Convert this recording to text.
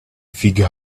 figure